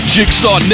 Jigsaw